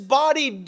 body